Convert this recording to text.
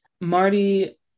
Marty